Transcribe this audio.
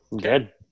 Good